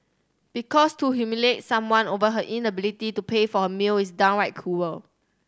because to humiliate someone over her inability to pay for her meal is downright cruel